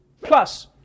Plus